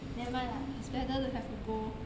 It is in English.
nevermind lah it's better to have a goal